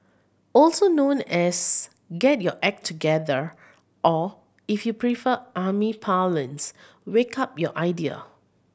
also known as get your act together or if you prefer army parlance wake up your idea